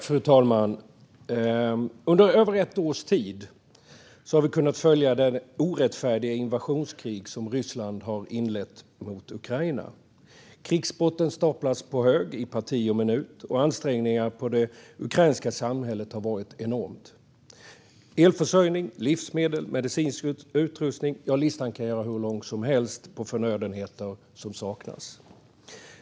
Fru talman! Under över ett års tid har vi kunnat följa det orättfärdiga invasionskrig som Ryssland bedriver mot Ukraina. Krigsbrotten staplas på hög i parti och minut, och ansträngningarna för det ukrainska samhället har varit enorma. Elförsörjning, livsmedel, medicinsk utrustning - listan kan göras hur lång som helst på förnödenheter som saknas.